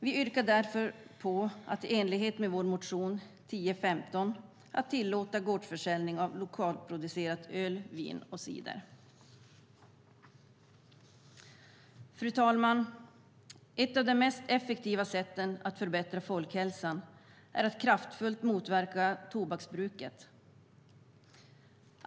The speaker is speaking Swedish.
Vi yrkar därför på att i enlighet med vår motion 2014/15:1015 tillåta gårdsförsäljning av lokalproducerat öl, vin och cider. Fru talman! Ett av de mest effektiva sätten att förbättra folkhälsan är att kraftfullt motverka tobaksbruket.